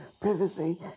privacy